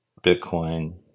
bitcoin